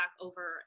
over